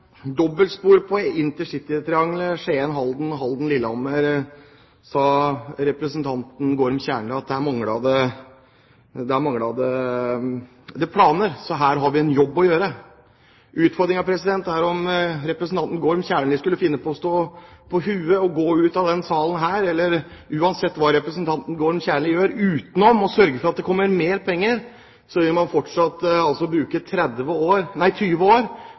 sa representanten Gorm Kjernli at der mangler det planer, så her har vi en jobb å gjøre. Uansett om representanten Gorm Kjernli skulle finne på å stå på hodet og gå ut av denne salen og uansett hva Gorm Kjernli gjør unntatt å sørge for at det kommer mer penger, så vil man fortsatt bruke 20 år